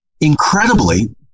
incredibly